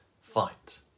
fight